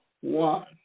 one